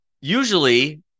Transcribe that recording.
usually